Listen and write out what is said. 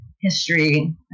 history